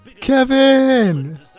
Kevin